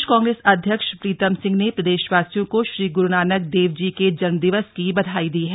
प्रदेश कांग्रेस अध्यक्ष प्रीतम सिंह ने प्रदेशवासियों को श्री गुरू नानक देव जी के जन्म दिवस की बधाई दी है